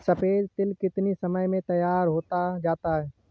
सफेद तिल कितनी समय में तैयार होता जाता है?